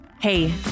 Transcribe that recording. Hey